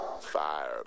Fire